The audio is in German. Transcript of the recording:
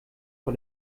vor